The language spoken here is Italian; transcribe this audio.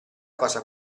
cosa